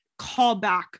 callback